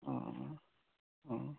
অ অ অ